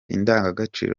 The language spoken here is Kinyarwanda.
indangagaciro